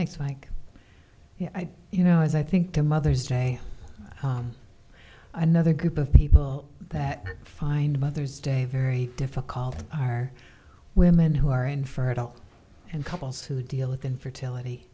thanks mike you know as i think the mother's day another group of people that find mother's day very difficult are women who are infertile and couples who deal with infertility